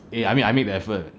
eh I mean I make the effort